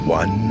one